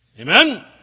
Amen